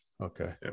Okay